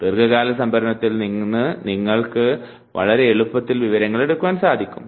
ദീർഘകാല സംഭരണത്തിൽ നിന്ന് നിങ്ങൾക്ക് വളരെ എളുപ്പത്തിൽ വിവരങ്ങൾ എടുക്കുവാൻ സാധിക്കും